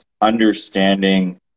understanding